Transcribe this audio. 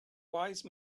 wise